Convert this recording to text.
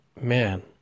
man